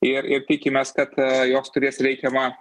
ir ir tikimės kad jos turės reikiamą